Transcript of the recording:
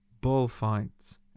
bullfights